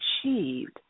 achieved